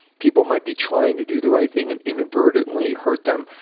people might be trying to do the right thing and inadvertently hurt them.